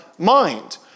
Mind